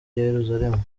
yeruzalemu